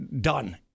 done